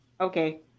Okay